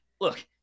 look